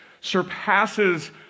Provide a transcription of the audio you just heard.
surpasses